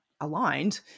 aligned